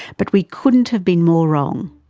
but we couldn't have been more wrong.